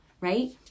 right